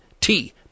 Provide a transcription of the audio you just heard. -t